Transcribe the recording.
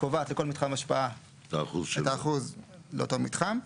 קובעת לכל מתחם השפעה את האחוז לאותו מתחם.